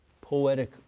poetic